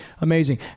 Amazing